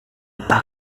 apa